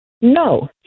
No